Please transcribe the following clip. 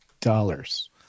Dollars